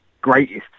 greatest